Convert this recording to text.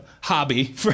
hobby